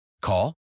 Call